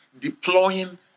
deploying